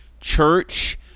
church